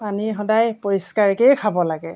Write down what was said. পানী সদায় পৰিষ্কাৰকেই খাব লাগে